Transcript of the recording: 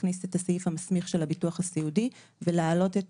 - להכניס את הסעיף המסמיך של הביטוח הסיעודי ולהעלות את